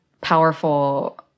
powerful